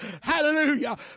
Hallelujah